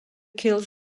kills